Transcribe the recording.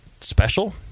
special